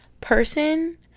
person